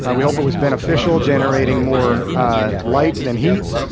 and we hope it was beneficial generating more light than heat.